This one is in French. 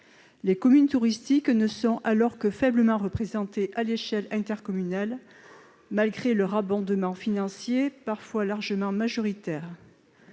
les communes touristiques ne sont alors que faiblement représentée à l'échelle intercommunale malgré leur abondement financier parfois largement majoritaire,